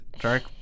dark